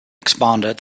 expanded